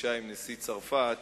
בפגישה עם נשיא צרפת,